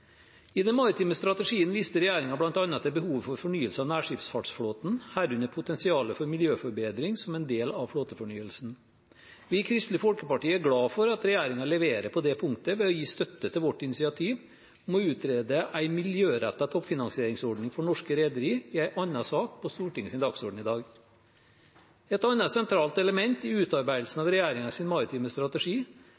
I den maritime strategien viste regjeringen bl.a. til behovet for fornyelse av nærskipsfartsflåten, herunder potensialet for miljøforbedring som en del av flåtefornyelsen. Vi i Kristelig Folkeparti er glad for at regjeringen leverer på det punktet ved å gi støtte til vårt initiativ om å utrede en miljørettet toppfinansieringsordning for norske rederier i en annen sak på Stortingets dagsorden i dag. Et annet sentralt element i utarbeidelsen